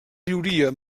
viuria